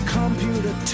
computer